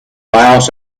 laos